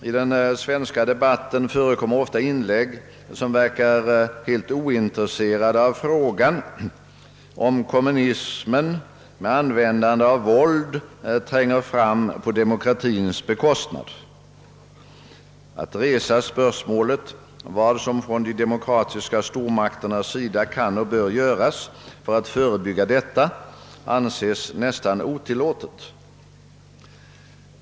I den svenska debatten förekommer ofta inlägg från personer som verkar helt ointresserade av om kommunismen med användande av våld tränger fram på demokratiens bekostnad. Att resa spörsmålet vad som kan och bör göras från de demokratiska stormakternas sida för att förebygga detta anses nästan otillåtet.